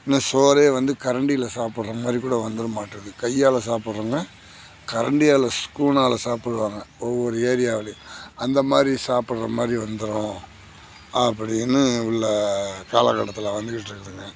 இன்னும் சோறே வந்து கரண்டியில சாப்பிடுற மாதிரி கூட வந்துருமாட்டுக்கு கையால் சாப்பிடுறவங்க கரண்டியால் ஸ்பூன்னால் சாப்பிடுவாங்க ஒவ்வொரு ஏரியாவுலையும் அந்த மாதிரி சாப்டுறமாதிரி வந்துரும் அப்படினு உள்ள காலக்கட்டத்தில் வந்துகிட்டு இருக்குங்க